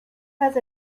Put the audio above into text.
has